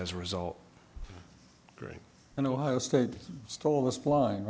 as a result in ohio state stole this flying